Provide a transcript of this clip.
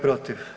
protiv?